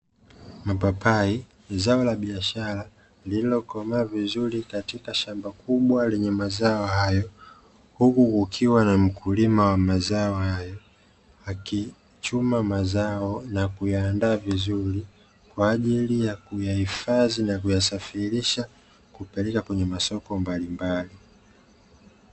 Mapapai zao la biashara lililokomaa vizuri katika shamba kubwa lenye mazao hayo, huku kukiwa na mkulima wa mazao hayo akichuma mazao na kuyaandaa vizuri kwa ajili ya kuyahifadhi na kuyasafirisha kupeleka kwenye masoko mbalimbali.